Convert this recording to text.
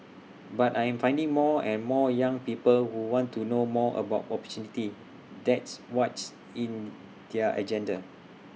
but I'm finding more and more young people who want to know more about opportunity that's what's in their agenda